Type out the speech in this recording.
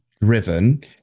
driven